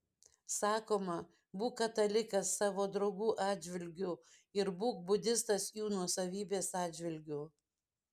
sakoma būk katalikas savo draugų atžvilgių ir būk budistas jų nuosavybės atžvilgiu